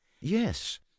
Yes